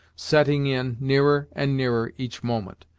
setting in, nearer and nearer, each moment,